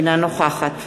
אינה נוכחת